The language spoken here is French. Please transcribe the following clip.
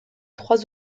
trois